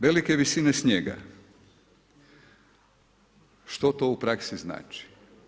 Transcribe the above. Velike visine snijeg, što to u praksi znači?